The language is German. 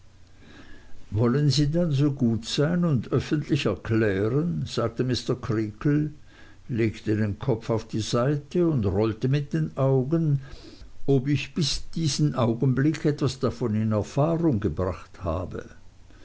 wollen sie dann so gut sein und öffentlich erklären sagte mr creakle legte den kopf auf die seite und rollte mit den augen ob ich bis zu diesem augenblick etwas davon in erfahrung gebracht habe